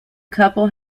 couple